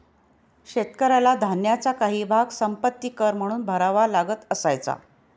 शेतकऱ्याला धान्याचा काही भाग संपत्ति कर म्हणून भरावा लागत असायचा